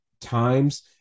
times